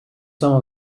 some